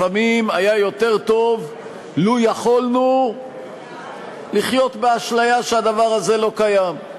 לפעמים היה יותר טוב לו יכולנו לחיות באשליה שהדבר הזה לא קיים,